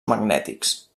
magnètics